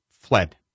fled